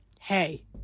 Hey